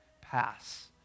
Pass